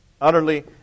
Utterly